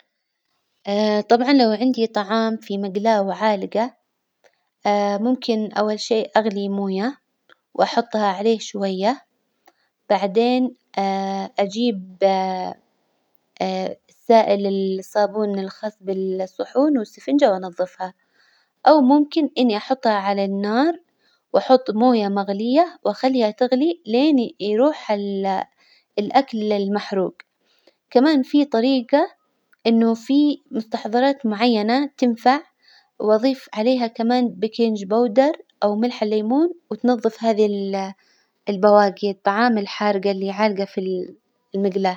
طبعا لو عندي طعام في مجلاة وعالجة ممكن أول شيء أغلي موية وأحطها عليه شوية، بعدين أجيب سائل ال- الصابون الخاص بالصحون أنظفها أو ممكن إني أحطها على النار وأحط موية مغلية وأخليها تغلي لين يروح ال- الأكل المحروج، كمان في طريجة إنه في مستحظرات معينة تنفع وأظيف عليها كمان بيكنج بودر أو ملح الليمون، وتنظف هذي البواجي الطعام الحارجة اللي عالجة في ال- المجلاة.